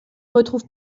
retrouve